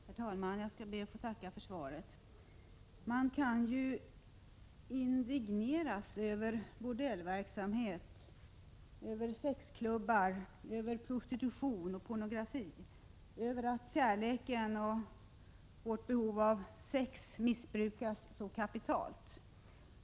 Herr talman! Jag skall be att få tacka för svaret. Man kan ju bli indignerad över bordellverksamhet, över sexklubbar, prostitution och pornografi och över att kärleken och vårt behov av sex missbrukas så kapitalt.